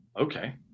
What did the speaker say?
okay